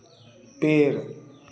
पेड़